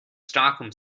stockholm